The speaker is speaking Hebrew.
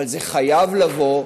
אבל זה חייב לבוא,